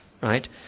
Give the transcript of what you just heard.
right